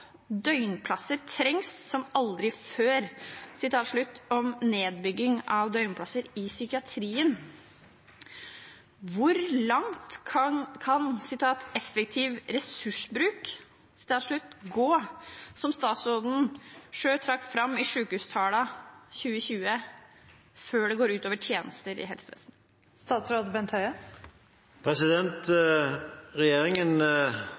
Døgnplasser trengs som aldri før» om nedbygging av døgnplasser i psykiatrien. Hvor langt kan «effektiv ressursbruk» gå, som statsråden trekker fram i Sykehustalen 2020, før det går ut over tjenestene i helsevesenet?» Regjeringen